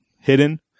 Hidden